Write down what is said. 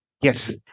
Yes